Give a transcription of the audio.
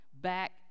back